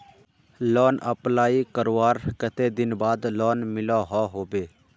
Loan apply करवार कते दिन बाद लोन मिलोहो होबे?